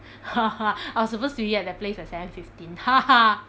I was suppose to be at that place at seven fifteen